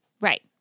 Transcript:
Right